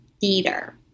Theater